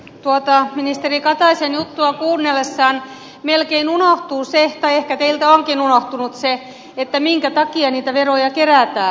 tuota ministeri kataisen juttua kuunnellessa melkein unohtuu tai ehkä teiltä onkin unohtunut se minkä takia niitä veroja kerätään